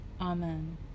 Amen